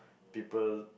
people